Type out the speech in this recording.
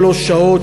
שלוש שעות,